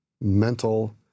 mental